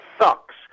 sucks